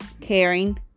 caring